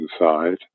inside